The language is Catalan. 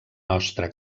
nostra